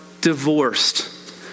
divorced